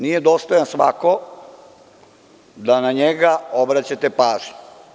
Nije dostojan svako da na njega obraćate pažnju.